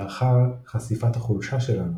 לאחר חשיפת החולשה שלנו,